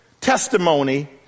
testimony